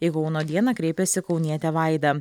į kauno dieną kreipėsi kaunietė vaida